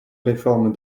réforme